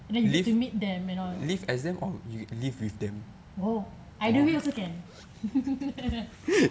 and you get to meet them and all !wow! either way also can